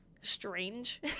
strange